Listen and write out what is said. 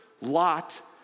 lot